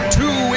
two